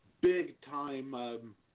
big-time